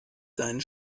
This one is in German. seinen